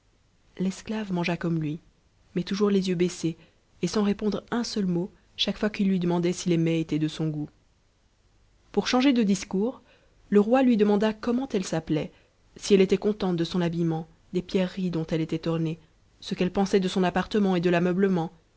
l'esclave mangea comme lui mais toujours les yeux baissés et sans répondre un seul mot chaque fois qu'il lui demandait si les mets étaient de son goût pour changer de discours le roi lui demanda comment elle s'appelait si elle était contente de son habillement des pierreries dont elle était ornée ce qu'elle pensait de son appartement et de l'ameublement